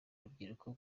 urubyiruko